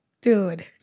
dude